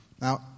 Now